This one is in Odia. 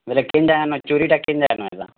ବୋଇଲେ କେନ୍ଟା ହେନୁ ଚୋରିଟା କେନ୍ ଜାଗାନୁ ହେଲା